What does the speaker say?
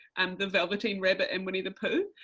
um the velveteen rabbit in winnie the pooh,